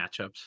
matchups